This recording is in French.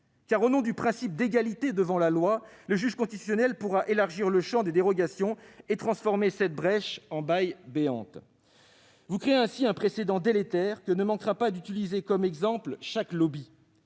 Car au nom du principe d'égalité devant la loi, le juge constitutionnel pourra élargir le champ des dérogations et transformer cette brèche en faille béante. Vous créez ainsi un précédent délétère que ne manquera pas d'utiliser comme exemple chaque lobby